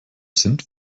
sind